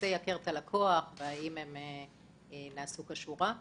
טופסי "הכר את הלקוח", האם הם נעשו כשורה.